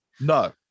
No